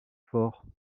fort